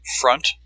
front